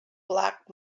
black